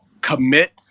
commit